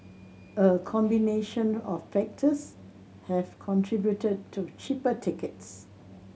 a combination of factors have contributed to cheaper tickets